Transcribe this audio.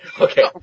Okay